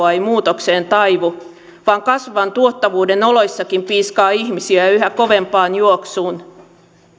ei muutokseen taivu vaan kasvavan tuottavuuden oloissakin piiskaa ihmisiä yhä kovempaan juoksuun